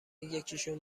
یکیشون